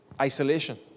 isolation